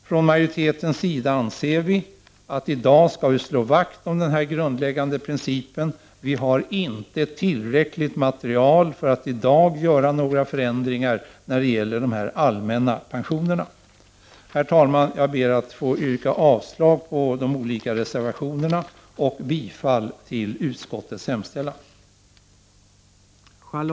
Utskottsmajoriteten anser att vi i dag skall slå vakt om denna grundläggande princip. Vi har inte tillräckligt material för att i dag göra några förändringar när det gäller dessa allmänna pensioner. Herr talman! Jag ber att få yrka avslag på de olika reservationerna och bifall till utskottets hemställan.